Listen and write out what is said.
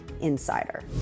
Insider